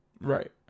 right